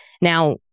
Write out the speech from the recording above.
Now